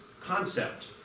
concept